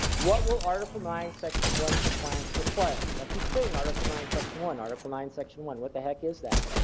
what will article nine section one compliance require? because i keep saying article nine section one article nine section one what the heck is that.